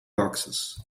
boxes